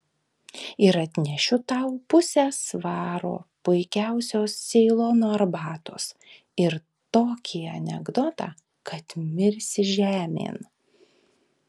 ir atnešiu tau pusę svaro puikiausios ceilono arbatos ir tokį anekdotą kad mirsi žemėn